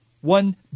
one